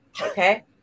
Okay